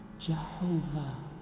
Jehovah